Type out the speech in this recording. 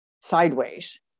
sideways